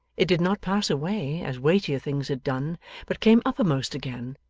it did not pass away, as weightier things had done but came uppermost again,